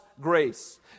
grace